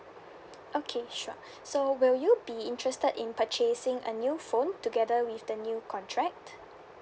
okay sure so will you be interested in purchasing a new phone together with the new contract